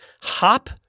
hop